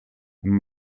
i’m